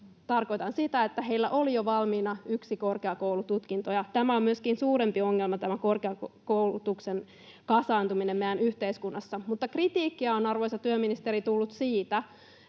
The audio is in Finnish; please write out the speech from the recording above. tarkoitan sitä, että heillä oli jo valmiina yksi korkeakoulututkinto, ja tämä korkeakoulutuksen kasaantuminen on myöskin suurempi ongelma meidän yhteiskunnassamme. Mutta kritiikkiä on, arvoisa työministeri, tullut siitä,